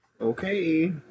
Okay